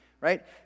right